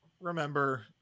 remember